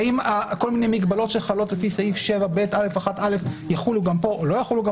האם כל מיני מגבלות שחלות לפי סעיף 7ב(א1)(א) יחולו גם כאן או לא יחולו.